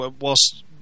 whilst